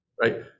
right